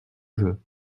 jeu